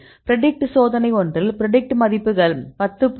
predicted சோதனை ஒன்றில் predicted மதிப்புகள் 10